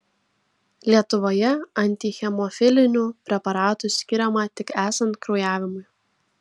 lietuvoje antihemofilinių preparatų skiriama tik esant kraujavimui